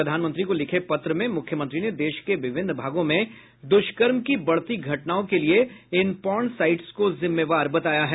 प्रधानमंत्री को लिखे पत्र में मुख्यमंत्री ने देश के विभिन्न भागों में दुष्कर्म की बढ़ती घटनाओं के लिये इन पोर्न साइट्स को जिम्मेवार बताया है